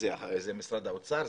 אלא של משרד האוצר,